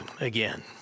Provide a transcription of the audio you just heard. again